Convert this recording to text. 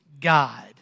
God